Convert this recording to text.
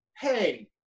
hey